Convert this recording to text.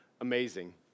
amazing